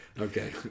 Okay